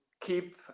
keep